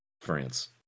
France